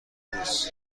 ببوس